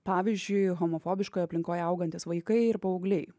pavyzdžiui homofobiškoj aplinkoj augantys vaikai ir paaugliai